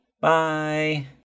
Bye